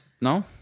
no